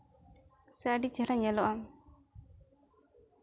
ᱥᱮ ᱟᱹᱰᱤ ᱪᱮᱦᱨᱟ ᱧᱮᱞᱚᱜᱼᱟ